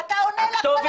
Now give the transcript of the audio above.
ואתה עונה לה כל הכבוד לך.